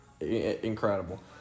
incredible